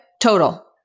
Total